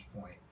point